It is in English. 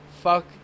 fuck